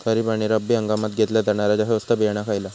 खरीप आणि रब्बी हंगामात घेतला जाणारा स्वस्त बियाणा खयला?